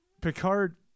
Picard